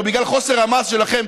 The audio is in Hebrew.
או בגלל חוסר המעש שלכם,